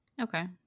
okay